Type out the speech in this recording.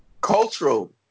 Cultural